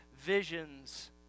visions